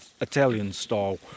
Italian-style